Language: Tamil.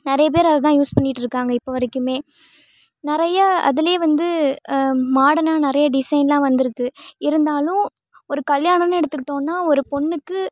நிறைய பேர் அதை தான் யூஸ் பண்ணிகிட்டு இருக்காங்க இப்போ வரைக்குமே நிறையா அதில் வந்து மாடர்னாக நிறைய டிசைன்லாம் வந்துருக்குது இருந்தாலும் ஒரு கல்யாணம்னு எடுத்துக்கிட்டோம்னால் ஒரு பொண்ணுக்கு